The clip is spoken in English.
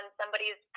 somebody's